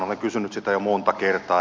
olen kysynyt sitä jo monta kertaa